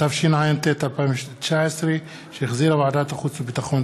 התשע"ט 2019, שהחזירה ועדת החוץ והביטחון.